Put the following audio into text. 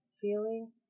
feeling